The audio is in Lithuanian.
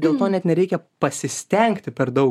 dėl to net nereikia pasistengti per daug